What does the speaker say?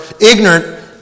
ignorant